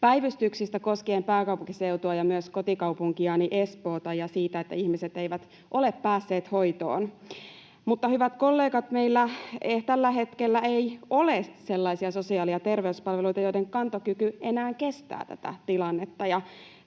päivystyksistä koskien pääkaupunkiseutua ja myös kotikaupunkiani Espoota ja siitä, että ihmiset eivät ole päässeet hoitoon. Mutta, hyvät kollegat, meillä tällä hetkellä ei ole sellaisia sosiaali- ja terveyspalveluita, joiden kantokyky enää kestää tätä tilannetta,